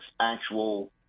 actual